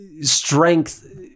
strength